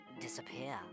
disappear